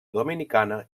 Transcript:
dominicana